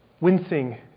Wincing